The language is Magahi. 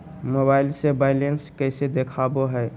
मोबाइल से बायलेंस कैसे देखाबो है?